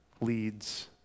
leads